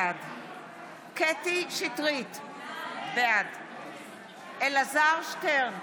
בעד קטי קטרין שטרית, בעד אלעזר שטרן,